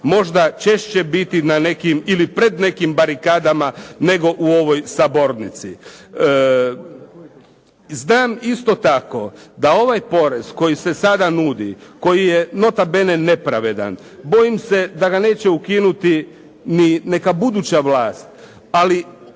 možda češće biti na nekim ili pred nekim barikada nego u ovoj sabornici. Znam isto tako da ovaj porez koji se sada nudi, koji je nota bene nepravedan, bojim se da ga neće ukinuti ni neka buduća vlast. Ali